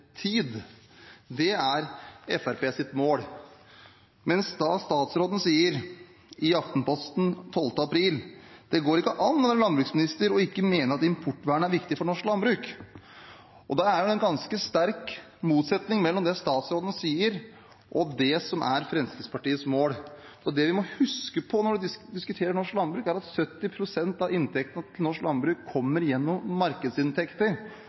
tid.» Det er Fremskrittspartiets mål, mens statsråden sier i Aftenposten 12. april at «det går ikke an å være landbruksminister og ikke mene at importvernet er viktig for norsk landbruk.» Det er en ganske sterk motsetning mellom det statsråden sier, og det som er Fremskrittspartiets mål. Det vi må huske på når vi diskuterer norsk landbruk, er at 70 pst. av inntektene til norsk landbruk kommer gjennom markedsinntekter.